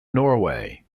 norway